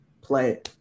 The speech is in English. play